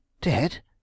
dead